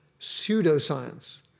pseudoscience